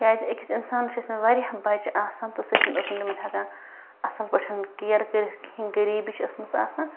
کیٛازِ أکِس اِنسانَس چھِ أسۍمٕتۍ واریاہ بَچہٕ آسان تہٕ سُہ چھُنہٕ اوسمُت تِمَن ہٮ۪کان اَصٕل پٲٹھۍ کِیَر کٔرِتھ کِہیٖنۍ غریٖبی چھِ ٲسمٕژ آسان